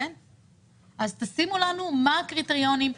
אז תשימו לנו מה הקריטריונים,